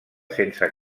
sense